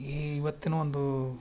ಈ ಇವತ್ತಿನ ಒಂದು